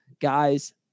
guys